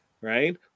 Right